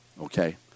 Okay